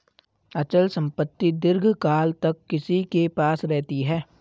अचल संपत्ति दीर्घकाल तक किसी के पास रहती है